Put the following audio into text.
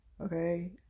Okay